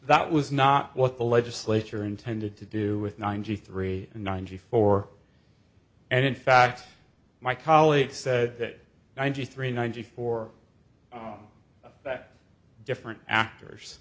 that was not what the legislature intended to do with ninety three and ninety four and in fact my colleague said that ninety three ninety four that different actors